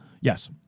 yes